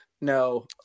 No